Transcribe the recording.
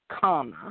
comma